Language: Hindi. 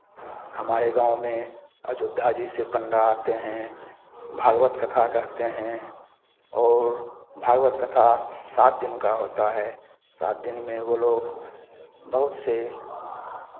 हमारे गांव में अयोध्या जी से पंडा आते हैं भागवत कथा कहते हैं और भागवत कथा सात दिन का होता है सात दिन में वो लोग बहुत से